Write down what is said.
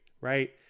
right